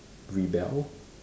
rebel